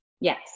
Yes